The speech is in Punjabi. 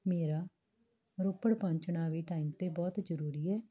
ਮੇਰਾ ਰੋਪੜ ਪਹੁੰਚਣਾ ਵੀ ਟਾਈਮ 'ਤੇ ਬਹੁਤ ਜ਼ਰੂਰੀ ਹੈ